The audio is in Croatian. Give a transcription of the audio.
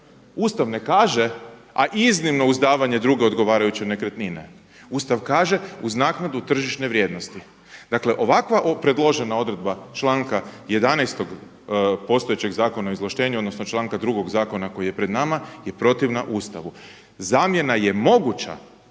Ustav ne kaže, a iznimno uz davanje druge odgovarajuće nekretnine, Ustav kaže uz naknadu tržišne vrijednosti. Dakle ovakva predložena odredba članka 11. postojećeg Zakona o izvlaštenju odnosno članka 2. zakona koji je pred nama je protivna Ustavu. Zamjena je moguća.